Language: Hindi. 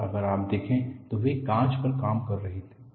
और अगर आप देखें तो वे कांच पर काम कर रहे थे